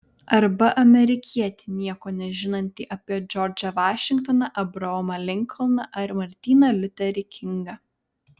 arba amerikietį nieko nežinantį apie džordžą vašingtoną abraomą linkolną ar martyną liuterį kingą